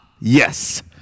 yes